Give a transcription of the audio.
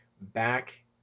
back